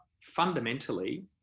fundamentally